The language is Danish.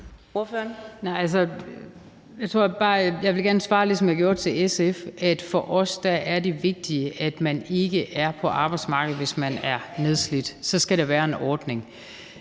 jeg vil gerne svare, ligesom jeg gjorde til SF. For os er det vigtige, at man ikke er på arbejdsmarkedet, hvis man er nedslidt. Så skal der være en ordning.